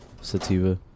Sativa